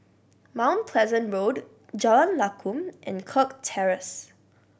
Mount Pleasant Road Jalan Lakum and Kirk Terrace